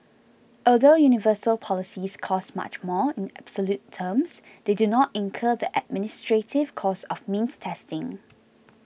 although universal policies cost much more in absolute terms they do not incur the administrative costs of means testing